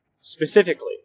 specifically